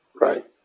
right